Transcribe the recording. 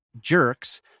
jerks